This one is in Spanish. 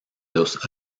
los